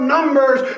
Numbers